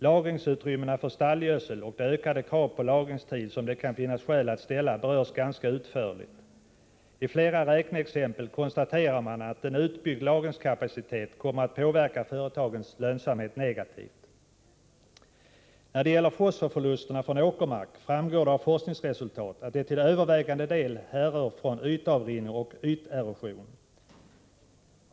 Lagringsutrymmena för stallgödsel och de ökade krav på lagringstid som det kan finnas skäl att ställa berörs ganska utförligt. I flera räkneexempel konstaterar man att en utbyggd lagringskapacitet kommer att påverka företagens lönsamhet negativt. När det gäller fosforförlusterna från åkermark framgår det av forskningsresultat att det till övervägande del härrör från ytavrinning och yterosion.